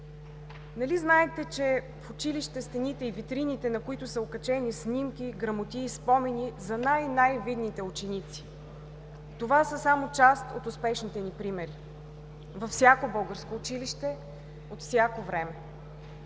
Нали знаете в училище стените и витрините, на които са окачени снимки, грамоти и спомени за най-най-видните ученици? Това са само част от успешните ни примери във всяко българско училище, от всяко време!